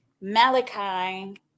malachi